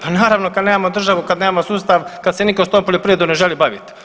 Pa naravno kad nemamo državu, kad nemamo sustav, kad se nitko sa tom poljoprivredom ne želi baviti.